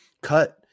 cut